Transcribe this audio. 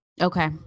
Okay